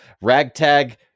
ragtag